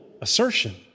assertion